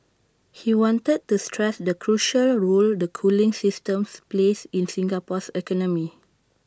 he wanted to stress the crucial role the cooling systems plays in Singapore's economy